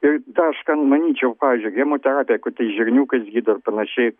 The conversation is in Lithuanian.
tai tą aš ten manyčiau pavyzdžiui hemoterapija kur tais žirniukas gydo ir panašiai